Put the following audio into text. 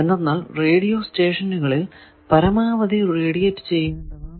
എന്തെന്നാൽ റേഡിയോ സ്റ്റേഷനുകളിൽ പരമാവധി പവർ റേഡിയേറ്റ് ചെയ്യേണ്ടതാണ്